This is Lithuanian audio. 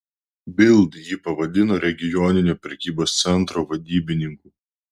bild jį pavadino regioninio prekybos centro vadybininku